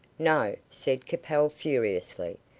no, said capel, furiously.